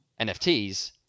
NFTs